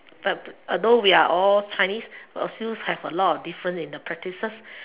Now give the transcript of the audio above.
but although we are all chinese but still have a lot of difference in the practices